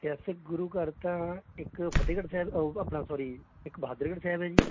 ਵੈਸੇ ਗੁਰੂ ਘਰ ਤਾਂ ਇੱਕ ਫਤਿਹਗੜ੍ਹ ਸਾਹਿਬ ਓ ਆਪਣਾ ਸੋਰੀ ਇੱਕ ਬਹਾਦਰਗੜ੍ਹ ਸਾਹਿਬ ਹੈ ਜੀ